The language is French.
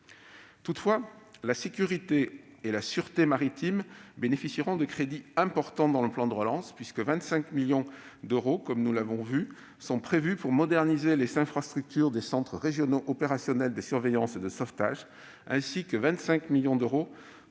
Toutefois, la sécurité et la sûreté maritimes bénéficieront de crédits importants dans le cadre du plan de relance, puisque 25 millions d'euros sont prévus pour moderniser les infrastructures des centres régionaux opérationnels de surveillance et de sauvetage et 25 millions d'euros